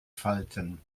falten